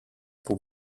pour